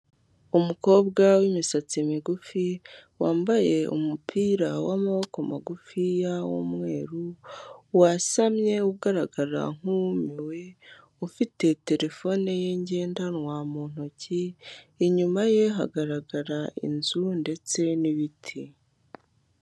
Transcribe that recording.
Umukobwa w'imisatsi migufi wambaye umupira w'amaboko magufi w'umweru, wasamye ugaragara nk'umiwe ufite terefone ye ngendanwa mu ntoki, inyuma ye hagaragara inzu ndetse n'ibiti.